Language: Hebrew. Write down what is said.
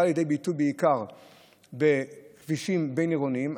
כפי שזה בא לידי ביטוי בעיקר בכבישים בין-עירוניים,